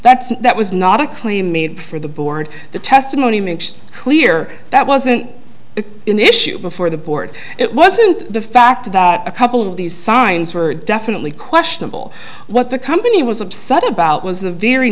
that that was not a claim made for the board the testimony clear that wasn't in the issue before the board it wasn't the fact that a couple of these signs were definitely questionable what the company was upset about was the very